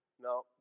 No